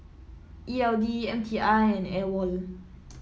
E L D M T I and AWOL